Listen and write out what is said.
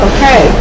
Okay